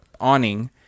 awning